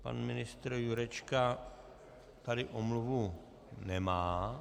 Pan ministr Jurečka tady omluvu nemá.